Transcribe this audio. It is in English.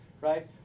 right